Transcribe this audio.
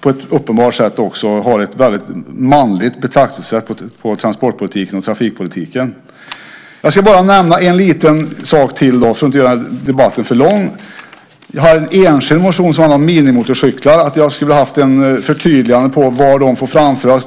på ett uppenbart sätt har ett väldigt manligt betraktelsesätt på transportpolitiken och trafikpolitiken. Jag ska bara nämna en liten sak till för att inte göra debatten för lång. Jag har en enskild motion som handlar om minimotorcyklar, om att jag skulle vilja ha ett förtydligande på var de får framföras.